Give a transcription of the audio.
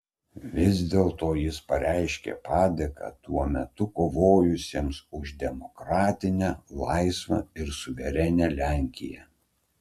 vis dėlto jis pareiškė padėką tuo metu kovojusiems už demokratinę laisvą ir suverenią lenkiją